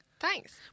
Thanks